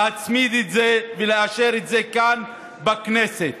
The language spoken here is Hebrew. להצמיד את זה ולאשר את זה כאן בכנסת.